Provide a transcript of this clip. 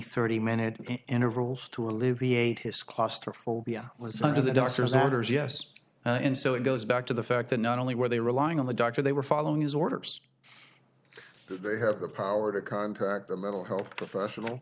thirty minute intervals to alleviate his claustrophobia was under the doctor's orders yes and so it goes back to the fact that not only were they relying on the doctor they were following his orders they have the power to contact the mental health professional